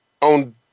On